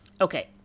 Okay